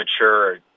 mature